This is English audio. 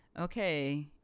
okay